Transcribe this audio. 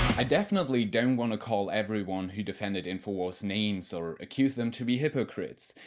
i definitely don't wanna call everyone who defended infowars names or accuse them to be hypocrites,